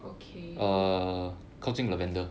okay